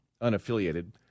unaffiliated